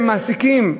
הם מעסיקים,